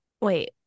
wait